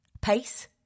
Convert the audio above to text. Pace